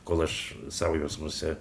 kol aš sau jausmuose